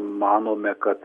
manome kad